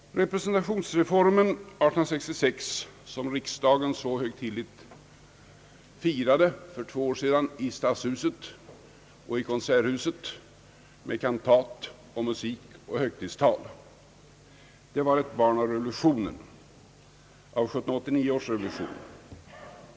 Representationsreformen 1866, som riksdagen så högtidligt firade för två år sedan i Stadshuset och Konserthuset med kantat och musik och högtidstal, var ett barn av 1789 års revolution.